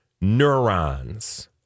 neurons